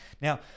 Now